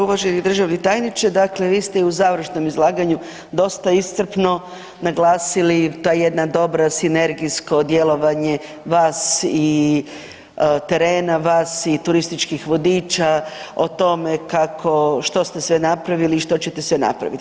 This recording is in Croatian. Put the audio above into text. Uvaženi državni tajniče dakle vi ste i u završnom izlaganju dosta iscrpno naglasili ta jedna dobra sinergijsko djelovanje vas i terena, vas i turističkih vodiča o tome kako što ste sve napravili i što ćete sve napraviti.